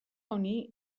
honi